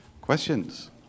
Questions